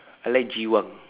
I like jiwang